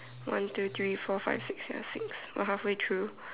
one two three four five six ya six we are half way through